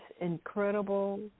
incredible